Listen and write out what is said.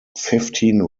fifteen